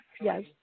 yes